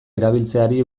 erabiltzeari